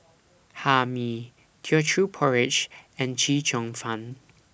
Hae Mee Teochew Porridge and Chee Cheong Fun